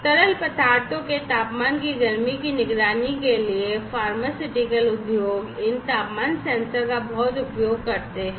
तरल पदार्थों के तापमान की गर्मी की निगरानी के लिए Pharmaceutical उद्योग इन तापमान सेंसर का बहुत उपयोग करते हैं